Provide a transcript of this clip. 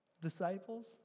Disciples